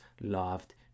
loved